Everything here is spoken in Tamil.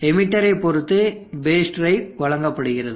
எமீட்டரை பொறுத்து பேஸ் டிரைவ் வழங்கப்படுகிறது